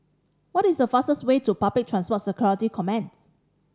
what is the fastest way to Public Transport Security Command